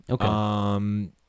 Okay